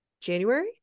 january